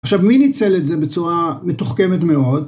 עכשיו, מי ניצל את זה בצורה מתוחכמת מאוד?